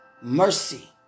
Mercy